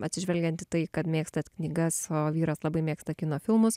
atsižvelgiant į tai kad mėgstat knygas o vyras labai mėgsta kino filmus